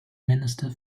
minister